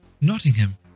Nottingham